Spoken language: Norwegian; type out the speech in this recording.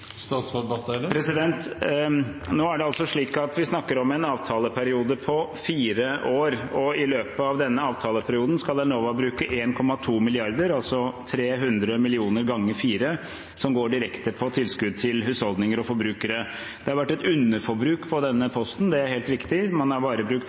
Det er slik at vi snakker om en avtaleperiode på fire år. I løpet av denne avtaleperioden skal Enova bruke 1,2 mrd. kr – altså 300 mill. kr ganger fire – som går direkte på tilskudd til husholdninger og forbrukere. Det har vært et underforbruk på denne